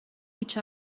each